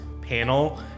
panel